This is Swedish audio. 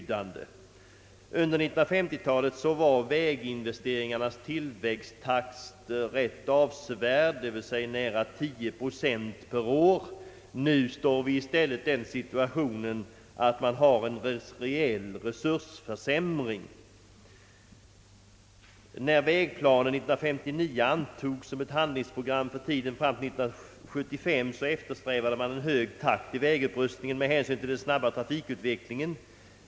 Under 1950-talet var väginvesteringarnas tillväxttakt rätt avsevärd — nära 10 procent per år. Nu har vi i stället den situationen att det är en reell försämring av resurserna. När vägplanen 1959 antogs som ett handlingsprogram för tiden fram till 1975 eftersträvade man en hög takt i vägupprustningen med hänsyn till den snabba trafikutvecklingen.